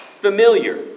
familiar